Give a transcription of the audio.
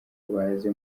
baje